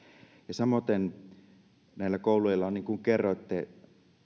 samoiten kouluilla niin kuin kerroitte